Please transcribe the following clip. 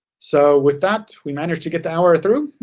so with that, we managed to get the hour through.